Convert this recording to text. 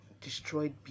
destroyed